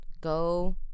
Go